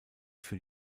für